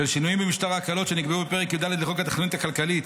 בשל שינויים במשטר ההקלות שנקבעו בפרק י"ד לחוק התוכנית הכלכלית